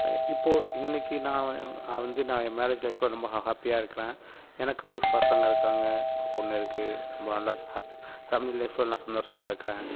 இப்போது இன்னைக்கி நான் நான் வந்து நான் என் மேரேஜ் லைஃபில் ரொம்ப ஹா ஹாப்பியாக இருக்கிறேன் எனக்கு ஒரு பசங்க இருக்காங்க ஒரு பொண்ணு இருக்கு ரொம்ப நல்லா ஸ் ஹேப்பி ஃபேம்லி லைஃபை நல்லா சந்தோஷமாக இருக்கிறேன்